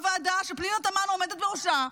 הוועדה שפנינה תמנו עומדת בראשה,